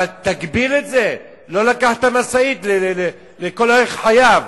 אבל תגביל את זה, לא לקחת את המשאית לכל חייו.